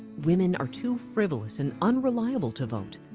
women are too frivolous and unreliable to vote.